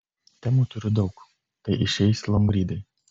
temų turiu daug tai išeis longrydai